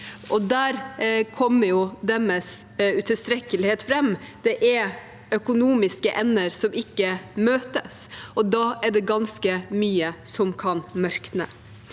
der kommer deres utilstrekkelighet fram. Det er økonomiske ender som ikke møtes, og da er det ganske mye som kan mørkne.